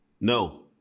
no